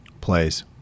Plays